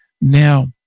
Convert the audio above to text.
Now